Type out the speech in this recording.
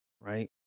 right